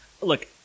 Look